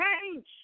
change